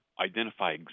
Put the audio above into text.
identify